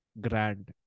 grand